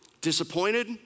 disappointed